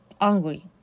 angry